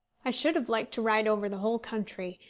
i should have liked to ride over the whole country,